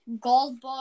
Goldberg